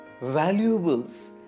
Valuables